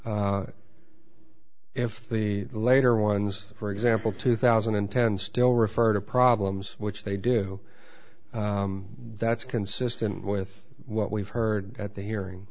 report if the later ones for example two thousand and ten still refer to problems which they do that's consistent with what we've heard at the hearing